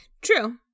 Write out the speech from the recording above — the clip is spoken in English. True